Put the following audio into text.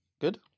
Good